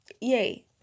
Yay